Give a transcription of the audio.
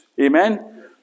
Amen